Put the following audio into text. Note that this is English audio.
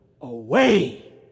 away